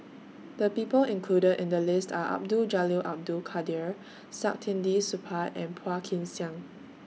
The People included in The list Are Abdul Jalil Abdul Kadir Saktiandi Supaat and Phua Kin Siang